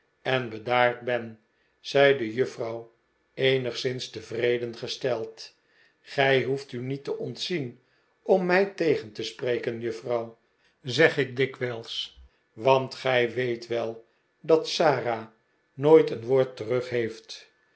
en bedaard ben zei de juffrouw eenigszins tevreden gesteld gij hoeft u niet te ontzien om mij tegen te spreken juffrouw zeg ik dik wij is want gij weet wel dat sara nooit een woord